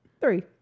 Three